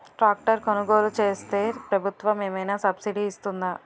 Tractor కొనుగోలు చేస్తే ప్రభుత్వం ఏమైనా సబ్సిడీ ఇస్తుందా?